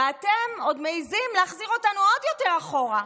ואתם עוד מעיזים להחזיר אותנו עוד יותר אחורה.